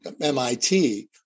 MIT